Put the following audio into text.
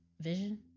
Vision